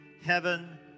heaven